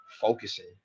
focusing